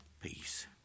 Peace